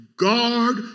Guard